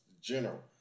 General